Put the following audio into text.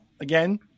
Again